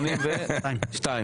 תודה.